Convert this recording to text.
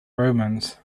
romans